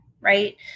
right